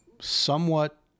somewhat